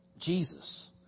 Jesus